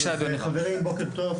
חברים, בוקר טוב.